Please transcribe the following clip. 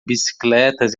bicicletas